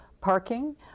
parking